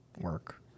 work